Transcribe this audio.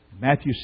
Matthew